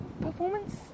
Performance